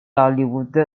hollywood